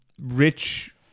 rich